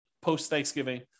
post-Thanksgiving